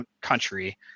country